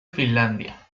finlandia